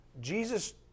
Jesus